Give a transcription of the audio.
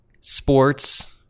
sports